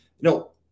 No